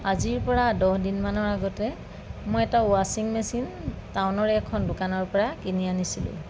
আজিৰ পৰা দহ দিন মানৰ আগতে মই এটা ৱাচিং মেচিন টাউনৰে এখন দোকানৰ পৰা কিনি আনিছিলোঁ